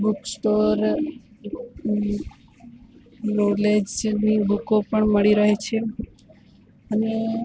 book store નૉલેજની બૂકો પણ મળી રહે છે અને